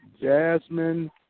Jasmine